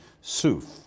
Suf